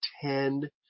tend